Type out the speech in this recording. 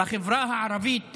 בעיקר בחברה הערבית,